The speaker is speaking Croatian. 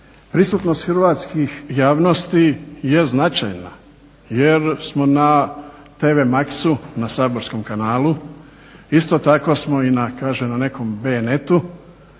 prisutnost hrvatskih javnosti je značajna jer smo na TV-maxu na saborskom kanalu, isto tako smo i kažem na nekom B.net-u